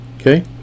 okay